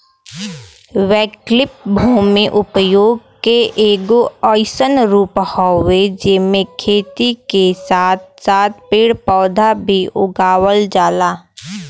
वैकल्पिक भूमि उपयोग के एगो अइसन रूप हउवे जेमे खेती के साथ साथ पेड़ पौधा भी उगावल जाला